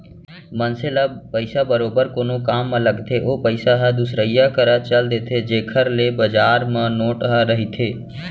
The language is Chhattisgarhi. मनसे ल पइसा बरोबर कोनो काम म लगथे ओ पइसा ह दुसरइया करा चल देथे जेखर ले बजार म नोट ह रहिथे